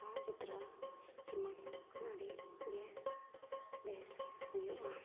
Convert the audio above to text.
ᱚᱲᱟᱜ ᱡᱩᱛᱨᱟᱹᱣ ᱮᱢᱟᱱ ᱚᱱᱠᱟᱱ ᱟᱹᱰᱤᱜᱮ ᱵᱮᱥ ᱦᱩᱭᱩᱜᱼᱟ